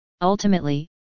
ultimately